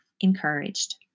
encouraged